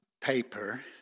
paper